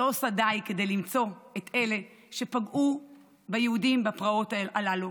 לא עושה די למצוא את אלה שפגעו ביהודים בפרעות הללו